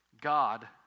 God